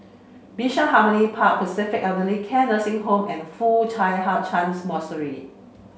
Bishan Harmony Park Pacific Elder Care Nursing Home and Foo Hai Ch'an Monastery